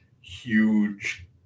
huge